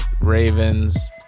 Ravens